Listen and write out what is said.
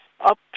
up